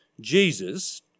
Jesus